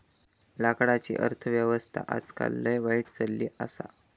लाकडाची अर्थ व्यवस्था आजकाल लय वाईट चलली आसा